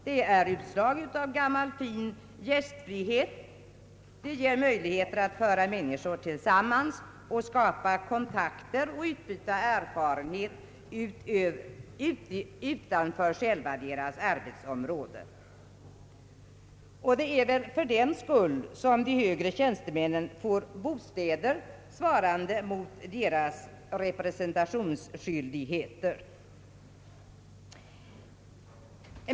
Det är ett utslag av gammal fin gästfrihet. Det ger möjligheter att föra människor tillsammans och skapa kontakter och utbyta erfarenheter utanför deras arbetsområden. Det är väl fördenskull som de högre tjänstemännen får bostäder svarande mot deras representationsskyldigheter.